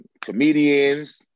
comedians